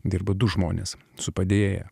dirba du žmones su padėjėja